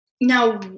Now